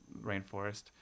rainforest